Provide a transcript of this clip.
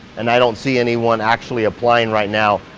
and i don't see anyone actually applying right now.